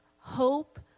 Hope